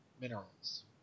minerals